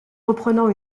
reprenant